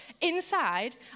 inside